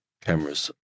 cameras